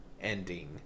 ...ending